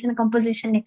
composition